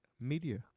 media